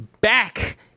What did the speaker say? back